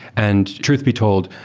and truth be told,